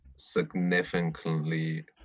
significantly